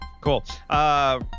Cool